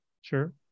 Sure